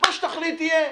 מה שתחליט יהיה,